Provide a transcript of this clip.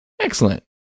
Excellent